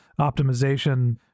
optimization